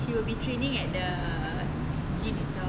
she will be training at the gym itself